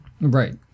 Right